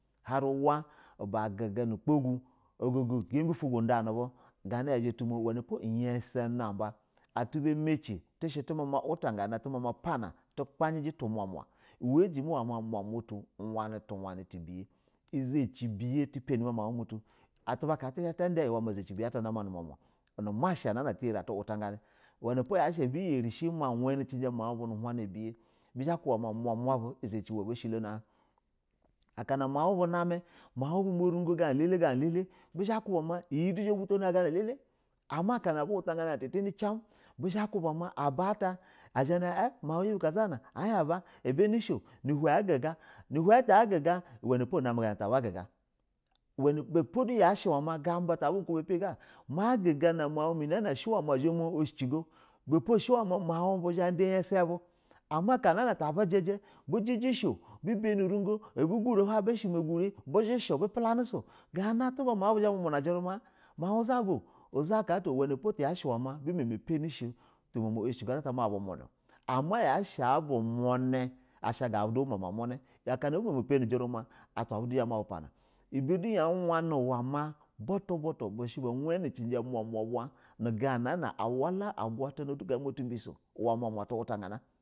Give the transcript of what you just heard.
Hann wa ba guja nu ukpa gu ogoge gambi out go undani bu ganana yazha yatumu uyasa na ba atuba ama cin tishɛ tuma uulta gana tuma ma pana tu kpajiji tu mama ajima uwe ma mou muma, utu wani tuwnuni tu ubigo izha ci ubiya tu pani ma mau mutu atu ba ka tizha ta da in ume ma zaki ubiya na ma numun nu uma sha mu na na at tiyari atu wula gani uwenipo a bu yarishi ma uwani cin cia mau mubu nu hana ubiya bizha ba kuba uwama uzo ci ubiya a ba shilono in aka na mau bu nami mau bu ma rugo ga na lele bizha ba kuba ma iyi du zha jito na a gana elele, ama ahana abu wuta ganani a ta tannici bizha ba kuba ma a zha hin mumu miyi bi kazana a hin aba abanishe o nu uhe a guga ga nu uhen ata a guga unam ganana, ta ba guga iwen ibupo do ibe po do she gaba tu gana a in aba ma gaga nu ma un mi azha ma oshiji go ibepo mau pa zha ida iya sabu ama akana ta bu jiji bujishɛ o be bani urugo obu guri hin bizhi she bu pulanu su ba shɛno ni iyi gana tu ba maw bu zha ma bu muna ujuruma mau zaba za aka ato wuenipo bememe pani shijurumo yashi a bumu ni asha du dub u baimama murini aka na abu mama pani ujuruma. Ata beue du zha mabu pana ibe du yawa ne uwe ma butu butu bishɛ ba wani kija umama uba na alan ganana udu ma ma gwatana du ma duma uwe umama tumutangana.